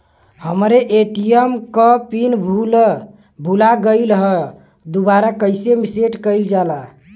हमरे ए.टी.एम क पिन भूला गईलह दुबारा कईसे सेट कइलजाला?